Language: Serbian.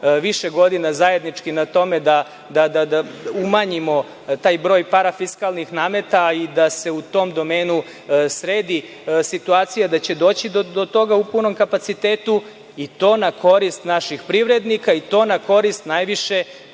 više godina zajednički na tome, da umanjimo taj broj parafiskalnih nameta i da se u tom domenu sredi situacija, da će doći do toga u punom kapacitetu i to na korist naših privrednika, i to na korist najviše